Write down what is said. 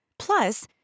Plus